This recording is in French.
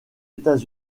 états